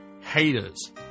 haters